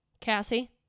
Cassie